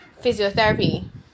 physiotherapy